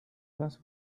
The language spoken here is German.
was